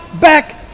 back